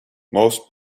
most